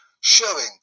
showing